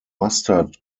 mustard